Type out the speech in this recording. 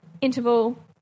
interval